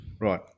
right